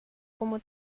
como